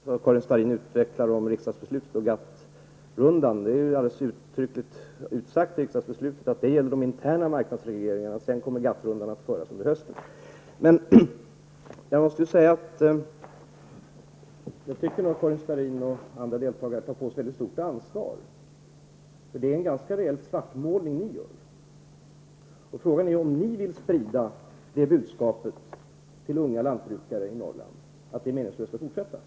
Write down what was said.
Herr talman! Jag vill först för Karin Starrin utveckla resonemanget om riksdagsbeslutet och GATT-rundan. Det är uttryckligt utsagt i riksdagsbeslutet att detta gäller de interna marknadsregleringarna, och sedan kommer GATT Jag tycker nog att Karin Starrin och andra deltagare i debatten tar på sig ett mycket stort ansvar. Det är en ganska rejäl svartmålning ni gör. Frågan är om ni vill sprida det budskapet till unga lantbrukare i Norrland att det är meningslöst att fortsätta.